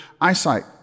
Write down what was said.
eyesight